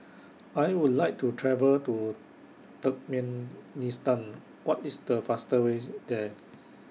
I Would like to travel to Turkmenistan What IS The faster ways There